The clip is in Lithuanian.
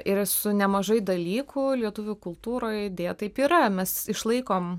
ir su nemažai dalykų lietuvių kultūroj deja taip yra mes išlaikom